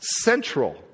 central